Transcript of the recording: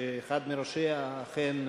שאחד מראשיה אכן,